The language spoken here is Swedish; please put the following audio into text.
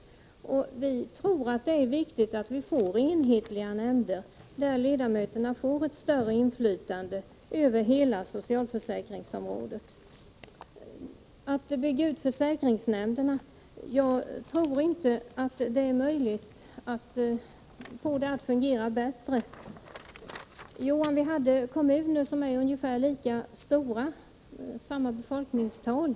Utskottsmajoriteten menar att det är viktigt att vi får enhetliga nämnder, där ledamöterna ges ett större inflytande över hela socialförsäkringsområdet. Jag tror inte att det är möjligt att få det hela att fungera bättre genom att bygga ut försäkringsnämnderna. Det skulle kunna ske om vi hade kommuner som var ungefär lika stora och hade samma befolkningstal.